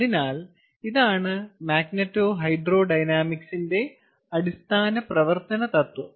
അതിനാൽ ഇതാണ് മാഗ്നെറ്റോഹൈഡ്രോഡൈനാമിക്സിന്റെ അടിസ്ഥാന പ്രവർത്തന തത്വം